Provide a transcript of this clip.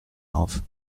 auf